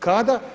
Kada?